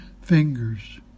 fingers